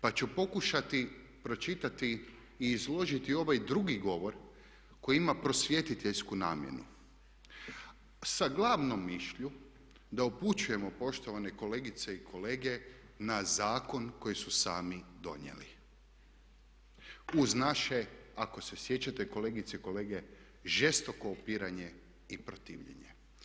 Pa ću pokušati pročitati i izložiti ovaj drugi govor koji ima prosvjetiteljsku namjenu sa glavnom mišlju da upućujemo poštovane kolegice i kolege na zakon koji su sami donijeli uz naše ako se sjećate kolegice i kolege žestoko opiranje i protivljenje.